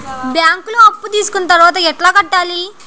బ్యాంకులో అప్పు తీసుకొని తర్వాత ఎట్లా కట్టాలి?